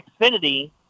Xfinity